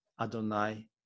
Adonai